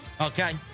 Okay